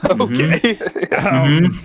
Okay